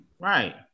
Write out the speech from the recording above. Right